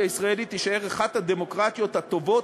הישראלית תישאר אחת הדמוקרטיות הטובות,